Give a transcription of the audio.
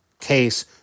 case